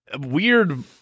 weird